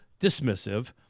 dismissive